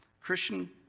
Christian